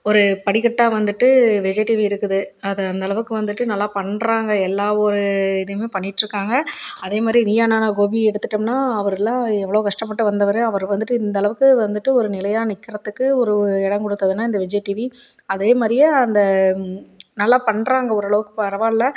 ஒரு படிக்கட்டாக வந்துட்டு விஜய் டிவி இருக்குது அதை அந்தளவுக்கு வந்துட்டு நல்லா பண்ணுறாங்க எல்லா ஒரு இதுவுமே பண்ணிட்டிருக்காங்க அதே மாதிரி நீயா நானா கோபி எடுத்துட்டோம்னா அவருல்லாம் எவ்வளோ கஷ்டப்பட்டு வந்தவர் அவர் வந்துட்டு இந்த அளவுக்கு வந்துட்டு ஒரு நிலையாக நிற்கிறதுக்கு ஒரு இடம் கொடுத்ததுனா இந்த விஜய் டிவி அதே மாதிரியே அந்த நல்லா பண்ணுறாங்க ஓரளவுக்கு பரவாயில்ல